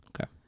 Okay